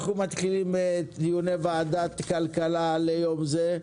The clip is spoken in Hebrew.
אנחנו מתחילים את דיוני ועדת כלכלה ליום זה,